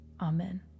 Amen